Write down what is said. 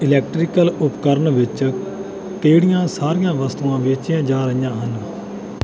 electrical ਉਪਕਰਨ ਵਿੱਚ ਕਿਹੜੀਆਂ ਸਾਰੀਆਂ ਵਸਤੂਆਂ ਵੇਚੀਆਂ ਜਾ ਰਹੀਆਂ ਹਨ